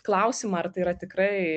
klausimą ar tai yra tikrai